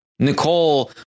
Nicole